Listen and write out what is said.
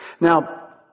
Now